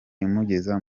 imugeza